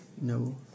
No